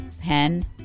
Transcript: Pen